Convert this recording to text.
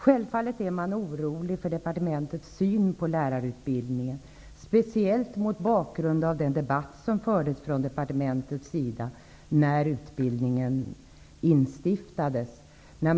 Självfallet finns det en oro över departementets syn på lärarutbildningen, speciellt mot bakgrund av den debatt som fördes från departementets sida när utbildningen instiftades.